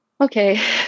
okay